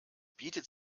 bietet